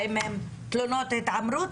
האם הן תלונות התעמרות?